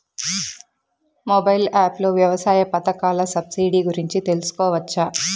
Mobile app లో వ్యవసాయ పథకాల సబ్సిడి గురించి తెలుసుకోవచ్చా?